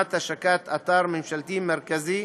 כדוגמת השקת אתר ממשלתי מרכזי,